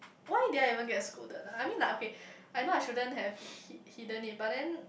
why did I even get scolded I mean like okay I know I shouldn't have hid hidden it but then